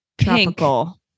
Tropical